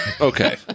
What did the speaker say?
Okay